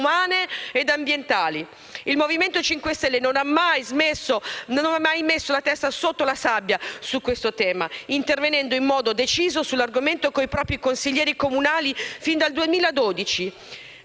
Il Movimento 5 Stelle non ha mai messo la testa sotto la sabbia su questo tema, intervenendo in modo deciso sull'argomento con i propri consiglieri comunali fin dal 2012.